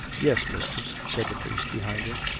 yes, mistress, said the priest behind her.